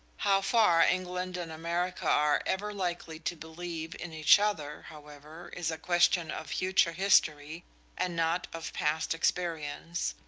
how far england and america are ever likely to believe in each other, however, is a question of future history and not of past experience,